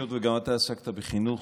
היות וגם אתה עסקת בחינוך,